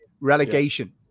relegation